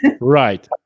Right